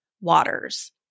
waters